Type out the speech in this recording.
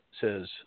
says